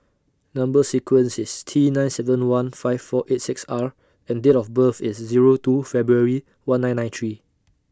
Number sequence IS T nine seven one five four eight six R and Date of birth IS Zero two February one nine nine three